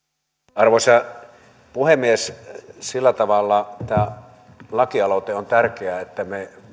arvoisa puhemies sillä tavalla tämä lakialoite on tärkeä että me